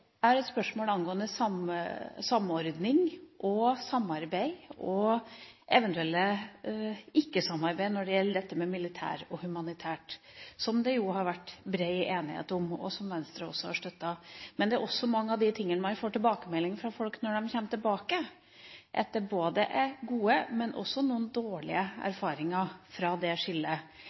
et spørsmål angående samordning og samarbeid, og eventuelt ikke-samarbeid, når det gjelder dette med militært og humanitært samarbeid, som det jo har vært bred enighet om, og som Venstre også har støttet. Men det er også mange av de tingene man får tilbakemelding om fra folk når de kommer tilbake, at det er gode, men også noen dårlige erfaringer fra det skillet.